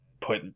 put